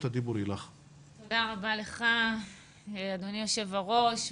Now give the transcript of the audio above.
תודה רבה לך אדוני היושב ראש.